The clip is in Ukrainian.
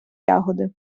ягоди